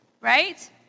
right